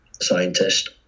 scientist